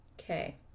Okay